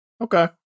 Okay